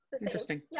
interesting